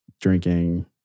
drinking